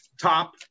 top